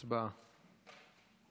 הצבעה.